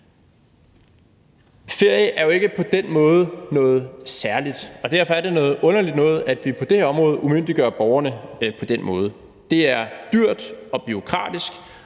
Ferie er jo ikke på den måde noget særligt, og derfor er det noget underligt noget, at vi på det her område umyndiggør borgerne på den måde. Det er dyrt og bureaukratisk,